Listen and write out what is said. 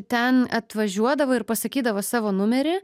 ten atvažiuodavo ir pasakydavo savo numerį